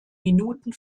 minuten